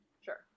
sure